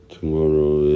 Tomorrow